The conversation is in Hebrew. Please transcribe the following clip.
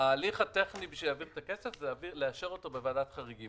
ההליך הטכני בשביל להעביר את הכסף הוא לאשר אותו בוועדת החריגים.